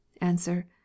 answer